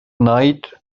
night